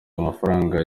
amafaranga